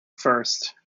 first